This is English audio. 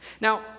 Now